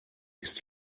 ist